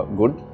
good